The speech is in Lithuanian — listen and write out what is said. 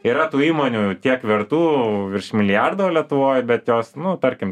yra tų įmonių tiek vertų virš milijardo lietuvoj bet jos nu tarkim